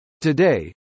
Today